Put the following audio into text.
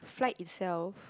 flight itself